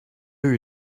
you